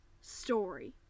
story